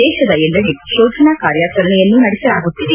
ದೇಶದ ಎಲ್ಲೆಡೆ ಶೋಧನಾ ಕಾರ್ಯಾಚರಣೆಯನ್ನು ನಡೆಸಲಾಗುತ್ತಿದೆ